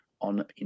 on